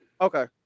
Okay